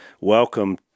welcome